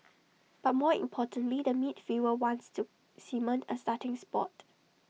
but more importantly the midfielder wants to cement A starting spot